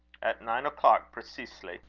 at nine o'clock preceesely.